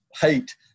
hate –